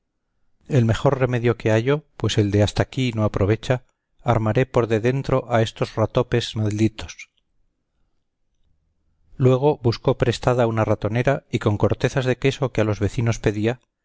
el mejor remedio que hallo pues el de hasta aquí no aprovecha armaré por de dentro a estos ratopes malditos luego buscó prestada una ratonera y con cortezas de queso que a los vecinos pedía